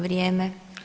Vrijeme.